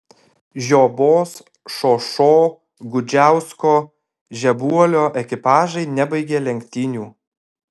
žiobos šošo gudžiausko žebuolio ekipažai nebaigė lenktynių